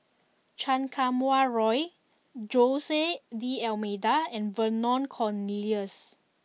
Chan Kum Wah Roy Jose D'almeida and Vernon Cornelius